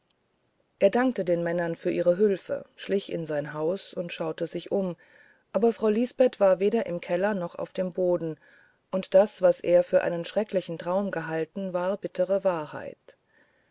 er dankte den männern für ihre hülfe schlich in sein haus und schaute sich um aber frau lisbeth war weder im keller noch auf dem boden und das was er für einen schrecklichen traum gehalten war bittere wahrheit